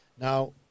now